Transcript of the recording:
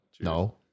No